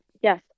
Yes